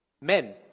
Men